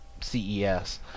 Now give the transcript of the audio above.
CES